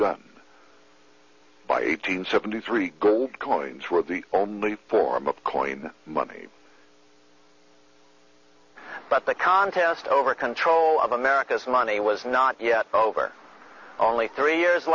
done by eight hundred seventy three gold coins were the only form of coin money but the contest over control of america's money was not yet over only three years